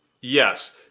Yes